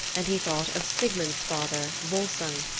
and he thought of sigmund's father, volsung,